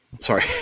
sorry